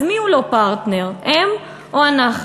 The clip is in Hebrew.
אז מי לא פרטנר, הם או אנחנו?